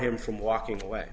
him from walking away